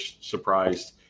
surprised